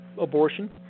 abortion